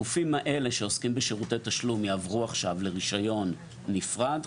הגופים האלה שעוסקים בשירותי תשלום יעברו עכשיו לרישיון נפרד,